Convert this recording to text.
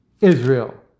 Israel